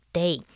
day